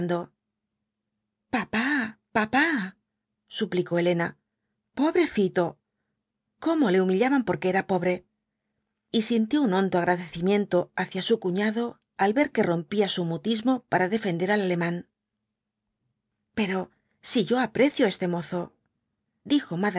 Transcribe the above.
suplicó elena pobrecito cómo le humillaban porque era pobre y sintió un hondo agradecimiento hacia su cuñado al ver que rompía su mutismo para defender al alemán pero si yo aprecio á este mozo dijo